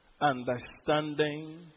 understanding